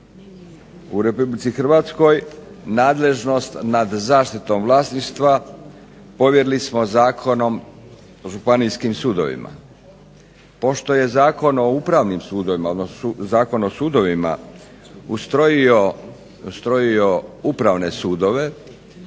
u Republici Hrvatske, nadležnost nad zaštitom vlasništva povjerili smo zakonom županijskim sudovima. Pošto je Zakon o upravnim sudovima